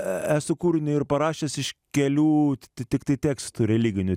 esu kūriniį ir parašęs iš kelių tiktai tekstų religinių